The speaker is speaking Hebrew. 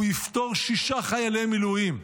הוא יפטור שישה חיילי מילואים.